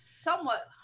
somewhat